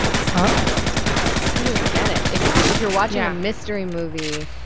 but i don't even get it. if if you're watching a mystery movie,